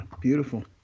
Beautiful